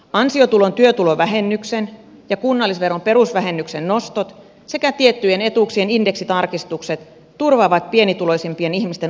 ansiotulon työtulovähennyksen ja kunnallisveron perusvähennyksen nostot sekä tiettyjen etuuksien indeksitarkistukset turvaavat pienituloisimpien ihmisten ostovoiman